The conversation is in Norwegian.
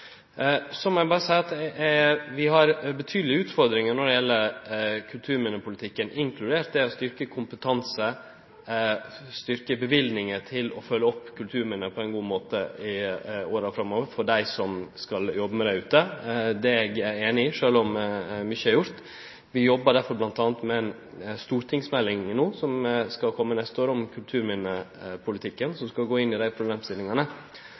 Så må eg seie at vi har betydelege utfordringar når det gjeld kulturminnepolitikken, inkludert det å styrkje kompetansen og det å auke løyvingane til å følgje opp kulturminne på ein god måte i åra framover for dei som skal jobbe med det ute. Det er eg einig i, sjølv om mykje er gjort. Vi jobbar derfor no bl.a. med ei stortingsmelding om kulturminnepolitikken, som skal kome neste år, som skal gå inn i desse problemstillingane.